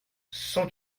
cent